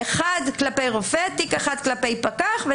תיק אחד כלפי פקח,